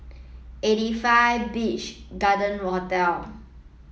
Eighty five Beach Garden Hotel